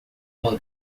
uma